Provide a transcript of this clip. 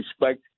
respect